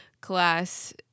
class